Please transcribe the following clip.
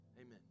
Amen